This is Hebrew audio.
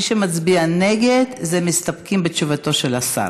ומי שמצביע נגד זה להסתפק בתשובתו של השר.